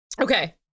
Okay